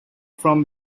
from